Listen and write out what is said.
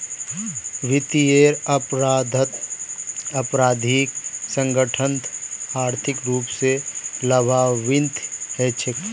वित्तीयेर अपराधत आपराधिक संगठनत आर्थिक रूप स लाभान्वित हछेक